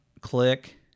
Click